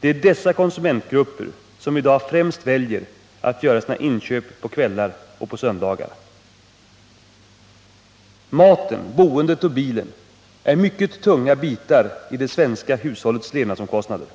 Det är dessa konsumentgrupper som i dag främst väljer att göra sina inköp på kvällar och på söndagar. Maten, boendet och bilen är mycket tunga bitar i det svenska hushållets levnadsomkostnader.